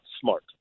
smart